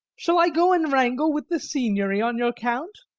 shall i go and wrangle with the signory on your count?